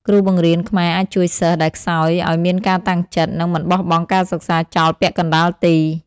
គ្រូបង្រៀនខ្មែរអាចជួយសិស្សដែលខ្សោយឱ្យមានការតាំងចិត្ត និងមិនបោះបង់ការសិក្សាចោលពាក់កណ្តាលទី។